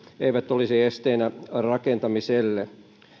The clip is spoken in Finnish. eivät olisi esteenä rakentamiselle